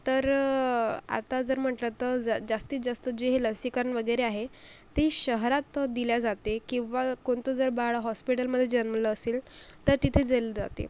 तर आता जर म्हटलं तर जास्तीत जास्त जे हे लसीकरण वगैरे आहे ती शहरात दिले जाते किंवा कोणतं जर बाळ हॉस्पिटलमध्ये जन्मलं असेल तर तिथं दिले जाते